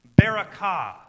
barakah